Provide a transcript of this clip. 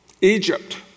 Egypt